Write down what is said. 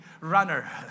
runner